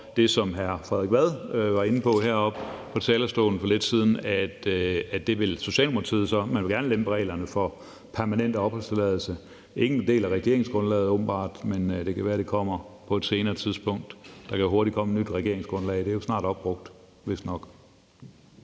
det, som hr. Frederik Vad var inde på heroppe fra talerstolen for lidt siden, nemlig at det vil Socialdemokratiet så. Man vil gerne lempe reglerne for permanent opholdstilladelse. Det er åbenbart ikke en del af regeringsgrundlaget, men det kan være, det kommer på et senere tidspunkt. Der kan hurtigt komme et nyt regeringsgrundlag; det er jo vistnok snart opbrugt. Men